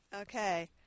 Okay